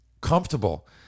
comfortable